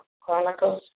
Chronicles